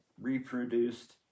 reproduced